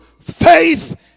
faith